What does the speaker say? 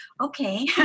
okay